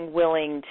willing